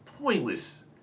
pointless